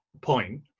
point